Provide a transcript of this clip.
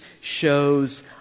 shows